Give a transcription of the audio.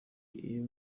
iyo